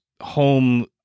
home